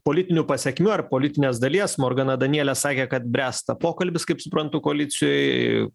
politinių pasekmių ar politinės dalies morgana daniele sakė kad bręsta pokalbis kaip suprantu koalicijoj